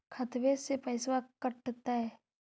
खतबे से पैसबा कटतय?